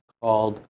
called